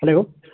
hello